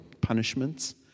punishments